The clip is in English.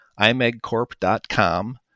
imegcorp.com